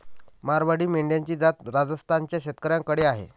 मारवाडी मेंढ्यांची जात राजस्थान च्या शेतकऱ्याकडे आहे